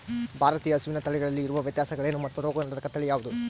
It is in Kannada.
ಭಾರತೇಯ ಹಸುವಿನ ತಳಿಗಳಲ್ಲಿ ಇರುವ ವ್ಯತ್ಯಾಸಗಳೇನು ಮತ್ತು ರೋಗನಿರೋಧಕ ತಳಿ ಯಾವುದು?